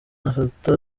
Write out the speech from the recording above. afata